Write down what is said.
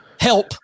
Help